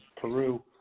Peru